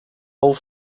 old